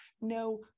no